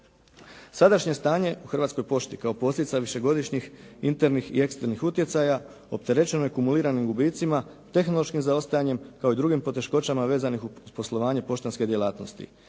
Sadašnje stanje u Hrvatskoj pošti kao posljedica višegodišnjih internih i eksternih utjecaja opterećeno je kumuliranim gubicima, tehnološkim zaostajanjem kao i drugim poteškoćama vezanih uz poslovanje poštanske djelatnosti.